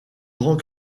grand